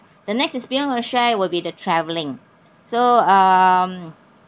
the next experience I going to share will be the travelling so um